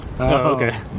okay